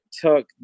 took